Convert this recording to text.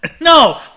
No